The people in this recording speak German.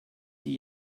die